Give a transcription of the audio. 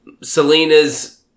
Selena's